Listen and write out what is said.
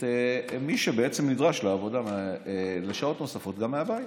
את מי שבעצם נדרש לשעות נוספות גם מהבית.